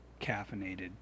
caffeinated